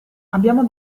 abbiamo